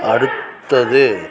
அடுத்தது